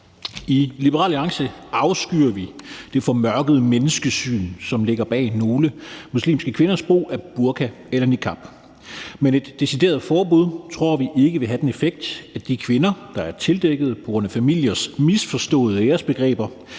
I Liberal Alliance afskyr vi det formørkede menneskesyn, som ligger bag nogle muslimske kvinders brug af burka eller niqab. Men et decideret forbud tror vi ikke vil have en effekt og virke for de kvinder, der er tildækket på grund af familiers misforståede æresbegreber